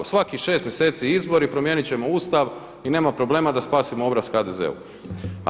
Svakih šest mjeseci izbori, promijenit ćemo Ustav i nema problema da spasimo obraz HDZ-u.